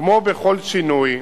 כמו בכל שינוי,